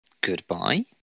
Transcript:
Goodbye